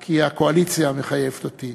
כי הקואליציה מחייבת אותי,